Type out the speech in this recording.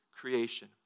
creation